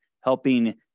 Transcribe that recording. helping